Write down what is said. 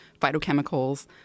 phytochemicals –